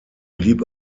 blieb